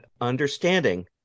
understanding